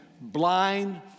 blind